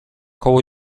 koło